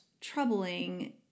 troubling